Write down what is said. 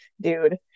dude